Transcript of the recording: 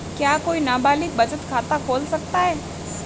क्या कोई नाबालिग बचत खाता खोल सकता है?